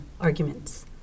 arguments